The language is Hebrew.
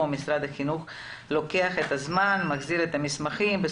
משרד החינוך לוקח את הזמן, מחזיר את המסמכים.